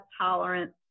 tolerance